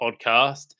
Podcast